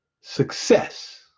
success